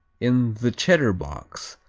in the cheddar box,